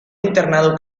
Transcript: internado